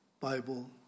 Bible